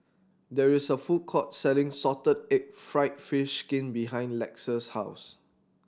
there is a food court selling salted egg fried fish skin behind Lex's house